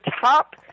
top